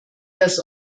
das